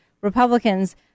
Republicans